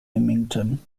leamington